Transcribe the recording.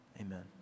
amen